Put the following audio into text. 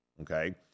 okay